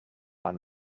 aan